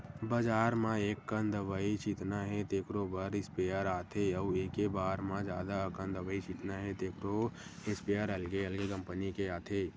बजार म एककन दवई छितना हे तेखरो बर स्पेयर आथे अउ एके बार म जादा अकन दवई छितना हे तेखरो इस्पेयर अलगे अलगे कंपनी के आथे